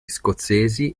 scozzesi